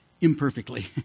imperfectly